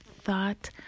thought